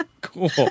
cool